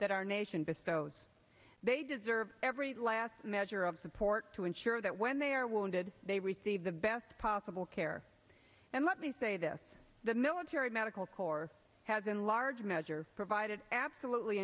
that our nation bestows they deserve every last measure of support to ensure that when they are wounded they receive the best possible care and let me say this the military medical corps has in large measure provided absolutely